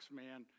man